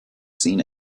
seen